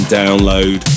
download